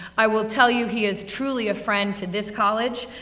i will tell you, he is truly a friend to this college.